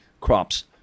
crops